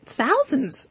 thousands